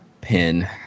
pin